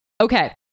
Okay